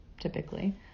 typically